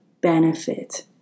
benefit